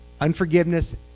unforgiveness